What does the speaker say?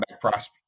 prospect